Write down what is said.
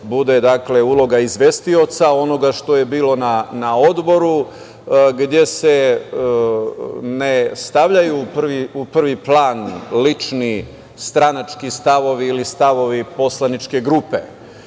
bude, dakle, uloga izvestioca onoga što je bilo na odboru gde se ne stavljaju u prvi plan lični stranački stavovi ili stavovi poslaničke grupe. Tako